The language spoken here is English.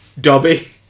Dobby